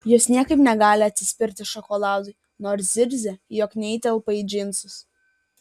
jos niekaip negali atsispirti šokoladui nors zirzia jog neįtelpa į džinus